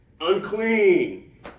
unclean